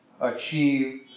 achieve